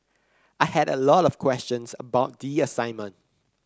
I had a lot of questions about the assignment